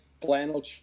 flannel